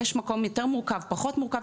יש מקום יותר מורכב פחות מורכב,